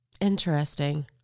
Interesting